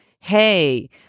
hey